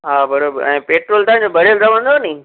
हा बराबरि ऐं पेट्रोल तव्हांजो भरियल रहंदो नी